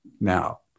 Now